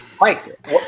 Mike